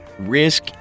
Risk